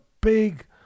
big